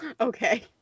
Okay